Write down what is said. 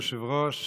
כבוד היושב-ראש,